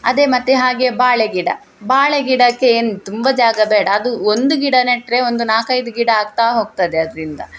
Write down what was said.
ಅದೆ ಮತ್ತು ಹಾಗೆ ಬಾಳೆಗಿಡ ಬಾಳೆಗಿಡಕ್ಕೆ ಏನು ತುಂಬ ಜಾಗ ಬೇಡ ಅದು ಒಂದು ಗಿಡ ನೆಟ್ಟರೆ ಒಂದು ನಾಲ್ಕೈದು ಗಿಡ ಆಗ್ತಾ ಹೋಗ್ತದೆ ಅದರಿಂದ